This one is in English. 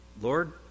Lord